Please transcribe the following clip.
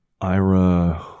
Ira